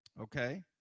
Okay